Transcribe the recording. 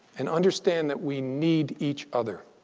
and understand that we need each other.